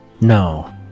No